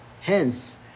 Hence